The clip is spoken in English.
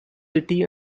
city